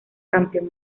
campeón